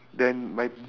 then my